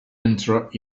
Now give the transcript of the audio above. interrupt